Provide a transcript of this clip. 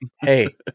Hey